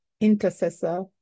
intercessor